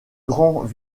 grands